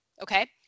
Okay